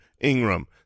Ingram